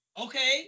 Okay